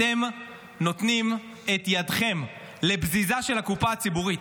אתם נותנים את ידכם לבזיזה של הקופה הציבורית,